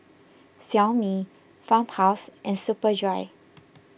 Xiaomi Farmhouse and Superdry